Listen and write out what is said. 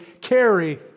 carry